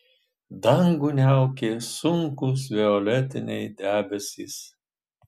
dangų niaukė sunkūs violetiniai debesys